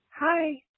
Hi